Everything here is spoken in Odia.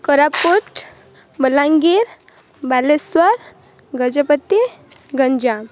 କୋରାପୁଟ ବଲାଙ୍ଗୀର ବାଲେଶ୍ୱର ଗଜପତି ଗଞ୍ଜାମ